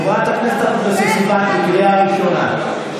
חברת הכנסת אבקסיס, קריאה ראשונה.